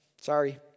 Sorry